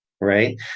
right